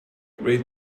rate